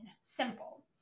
simple